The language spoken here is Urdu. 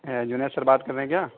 جنید سر بات کر رہے ہیں کیا